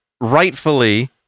rightfully